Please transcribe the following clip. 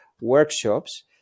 workshops